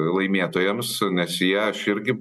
laimėtojams nes jie aš irgi